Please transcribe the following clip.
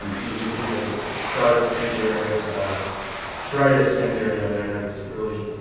and you can see the the dark, pink area, or the brightest pink area there is really.